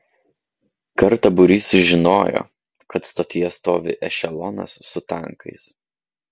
kartą būrys sužinojo kad stotyje stovi ešelonas su tankais